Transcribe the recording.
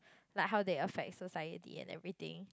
like how they affect society and everything